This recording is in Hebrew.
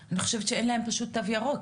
אני חושבת שאין להם פשוט תו ירוק,